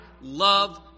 love